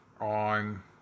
on